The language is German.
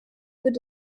wird